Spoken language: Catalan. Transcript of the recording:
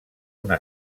una